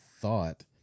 thought